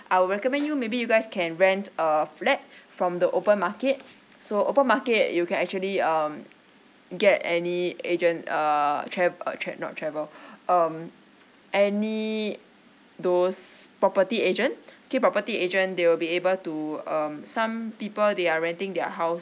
I'll recommend you maybe you guys can rent a flat from the open market so open market you can actually um get any agent uh trav~ uh tra~ not travel um any those property agent okay property agent they will be able to um some people they are renting their house